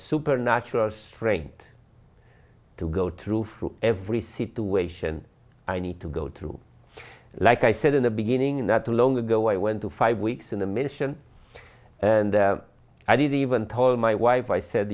supernatural strength to go through for every situation i need to go through like i said in the beginning that long ago i went to five weeks in the mission and i didn't even tell my wife i said